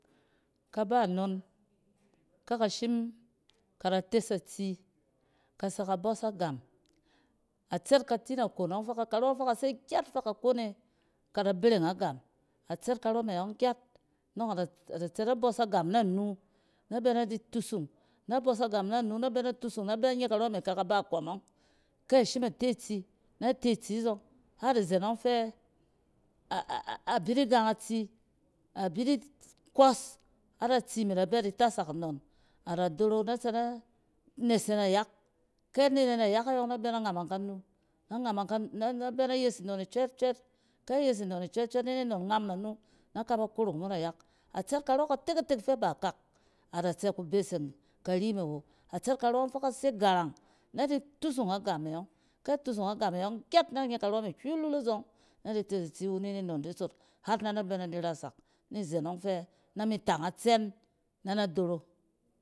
Kaba non, ke ka shim kada tes tes atsi, ka tsɛ ka bͻs agam. A tsɛt katin akon ͻng fɛ ka karͻ fɛ ka se gyat fɛ kakon e kada bereng agam. A tsɛt karͻ me ͻng gyat nͻng ada tsɛ na bͻs agam nanu nɛ bɛ na chi tusung, na bɛ nye karͻ me kyɛ kaba kͻmͻng. Ke shim a te tsi, nɛ itsi nɛ te tsi zͻng har izen ͻng fɛ a-a-a bi di gang itsi. A bi di kͻs har atsime da bɛ di tasak nnon. A da doro na tsɛ na nesek nayak. Kyɛ ane nana yak e yͻng na bɛ na ngamang kanu, na ngamang kan-nɛ bɛ na yes nnon e cwɛt cwɛt. Ke yes nnon cwɛt ni ni non e ngam na nu na kaba korok mo nayak. Atsɛt karͻ katek-katek fɛ da akak ada tsɛ ku beseng kari me wo. A tsɛt karͻng fɛ ka se garang, na di tusung agam e yͻng. Kyɛ tusung agam e ͻng gyat nan ye karͻ me hywilil azͻng na di tes atsi wu ni ni non di sot har na na bɛ na di rasak. Ni zen ͻng fɛ na mi tang atsen nɛ na doro